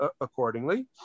accordingly